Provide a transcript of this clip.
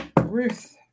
Ruth